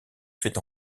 fait